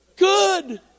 good